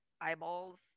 eyeballs